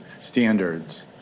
standards